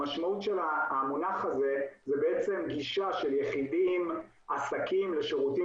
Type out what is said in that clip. המשמעות של המונח הזה זה בעצם גישה של יחידים ועסקים לשירותים